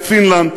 פינלנד,